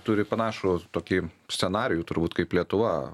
turi panašų tokį scenarijų turbūt kaip lietuva